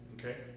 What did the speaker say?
Okay